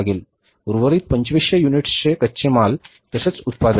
उर्वरित 2500 युनिट्सचे कच्चे माल तसेच उत्पादन